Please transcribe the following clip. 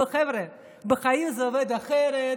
בואו, חבר'ה, בחיים זה עובד אחרת.